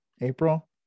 April